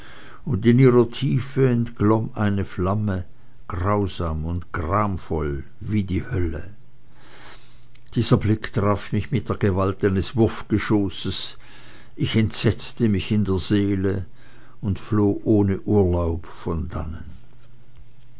und in ihrer tiefe entglomm eine flamme grausam und gramvoll wie die hölle dieser blick traf mich mit der gewalt eines wurfgeschosses ich entsetzte mich in der seele und floh ohne urlaub von dannen